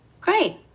Great